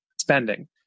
spending